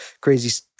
crazy